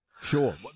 Sure